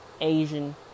Asian